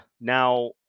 Now